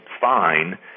fine